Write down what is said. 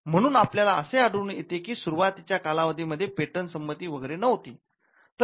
म्हणून आपल्याला असे आढळून येते की सुरवातीच्या कालावधीमध्ये पेटंट संमती वगैरे नव्हती